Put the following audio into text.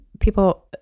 people